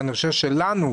ואני חושב שלנו,